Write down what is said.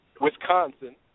Wisconsin